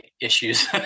issues